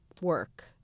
work